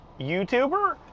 YouTuber